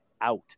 out